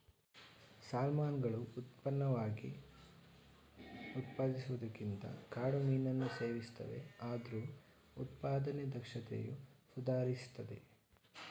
ಸಾಲ್ಮನ್ಗಳು ಉತ್ಪನ್ನವಾಗಿ ಉತ್ಪಾದಿಸುವುದಕ್ಕಿಂತ ಕಾಡು ಮೀನನ್ನು ಸೇವಿಸ್ತವೆ ಆದ್ರೂ ಉತ್ಪಾದನೆ ದಕ್ಷತೆಯು ಸುಧಾರಿಸ್ತಿದೆ